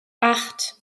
acht